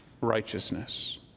righteousness